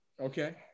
Okay